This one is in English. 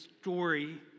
story